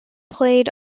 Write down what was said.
played